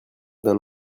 d’un